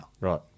Right